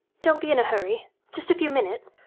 don't be in a hurry just a few minutes.